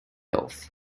off